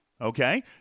Okay